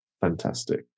Fantastic